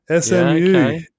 SMU